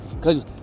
Cause